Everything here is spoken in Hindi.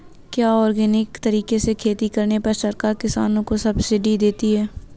क्या ऑर्गेनिक तरीके से खेती करने पर सरकार किसानों को सब्सिडी देती है?